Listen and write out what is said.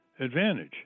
advantage